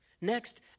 Next